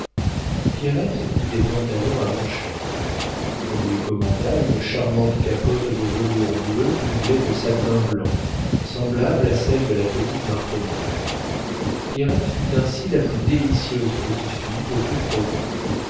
pierrette eut des pantalons à manchettes on lui commanda une charmante capote de velours bleu doublée de satin blanc semblable à celle de la petite martener pierrette fut ainsi la plus délicieuse petite fille de tout